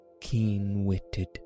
keen-witted